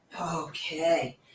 Okay